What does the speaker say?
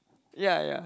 ya ya